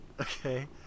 Okay